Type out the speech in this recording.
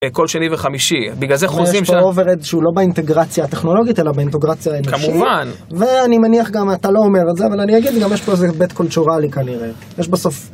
כל שני וחמישי, בגלל זה חוזים של... - יש פה overhead שהוא לא באינטגרציה הטכנולוגית, אלא באינטגרציה האנושית. -כמובן. - ואני מניח גם, אתה לא אומר את זה, אבל אני אגיד, גם יש פה איזה בית קולטרואלי כנראה. יש בסוף.